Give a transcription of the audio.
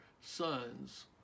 sons